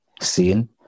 seeing